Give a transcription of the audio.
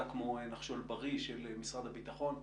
כמו "נחשול בריא" של משרד הביטחון מ-2019,